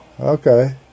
Okay